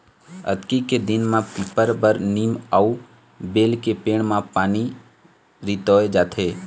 अक्ती के दिन म पीपर, बर, नीम अउ बेल के पेड़ म पानी रितोय जाथे